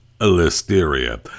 listeria